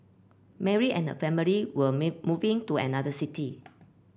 Mary and her family will may moving to another city